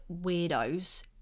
weirdos